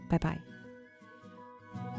Bye-bye